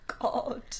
god